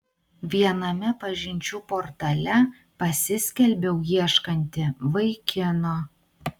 viename pažinčių portale pasiskelbiau ieškanti vaikino